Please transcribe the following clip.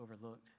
overlooked